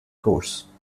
course